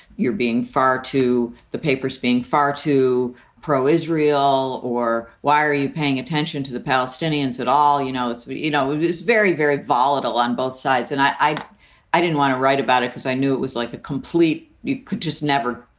you're being far too the paper's being far too pro-israel or why are you paying attention to the palestinians at all? you know, it's but you know, it is very, very volatile on both sides. and i i i didn't want to write about it because i knew it was like a complete you could just never,